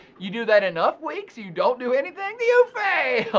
you do that enough weeks, you you don't do anything, you fail.